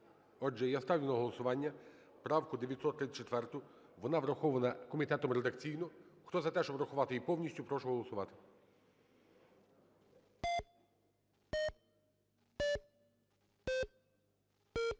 Отже, я ставлю на голосування правку 934. Вона врахована комітетом редакційно. Хто за те, щоб врахувати її повністю, прошу голосувати.